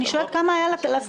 אני שואלת לגבי הסעיף